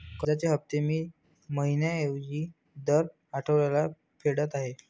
कर्जाचे हफ्ते मी महिन्या ऐवजी दर आठवड्याला फेडत आहे